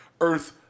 Earth